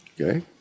Okay